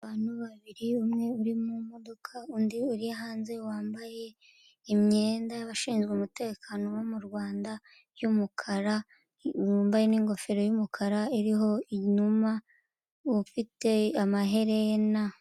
Abantu babiri, umwe uri mu modoka, undi uri hanze wambaye imyenda y'abashinzwe umutekano bo mu Rwanda y'umukara, wambaye n'ingofero y'umukara iriho inuma, ufite amaherena.